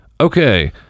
okay